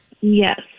Yes